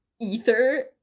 ether